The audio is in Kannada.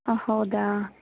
ಹಾಂ ಹೌದಾ